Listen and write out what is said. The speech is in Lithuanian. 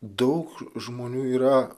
daug žmonių yra